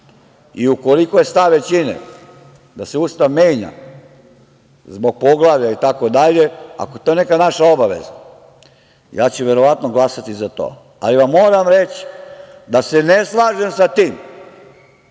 i ukoliko je stav većine da se Ustav menja zbog poglavlja itd, ako je to neka naša obaveza, ja ću verovatno glasati za to, ali vam moram reći da se ne slažem sa tim